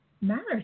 matters